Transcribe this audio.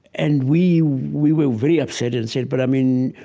and we we were very upset and said, but, i mean,